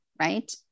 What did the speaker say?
right